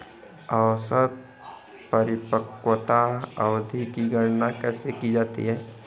औसत परिपक्वता अवधि की गणना कैसे की जाती है?